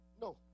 No